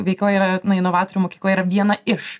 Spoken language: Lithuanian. veikla yra na inovatorių mokykla yra viena iš